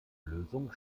lösungen